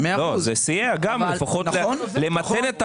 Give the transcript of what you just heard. זה סייע לפחות למתן את העלייה.